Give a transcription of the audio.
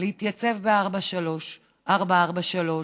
להתייצב ב-443,